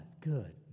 good